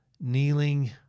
kneeling